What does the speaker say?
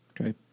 Okay